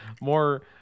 more